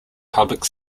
public